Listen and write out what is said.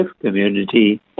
community